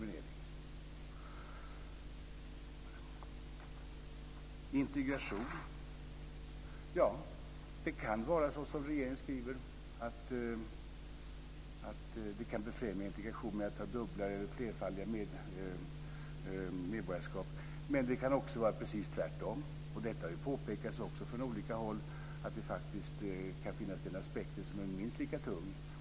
Beträffande integration kan det vara så som regeringen skriver, att det kan befrämja integration att ha dubbla eller flerfaldiga medborgarskap. Men det kan också vara precis tvärtom. Det har faktiskt påpekats från olika håll att den aspekten kan finnas och som är minst lika tung.